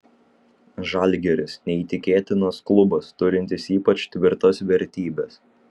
žalgiris neįtikėtinas klubas turintis ypač tvirtas vertybes